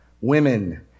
women